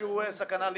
אשמח להיות חלק ממנו.